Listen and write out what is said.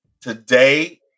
Today